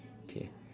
okay